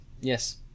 yes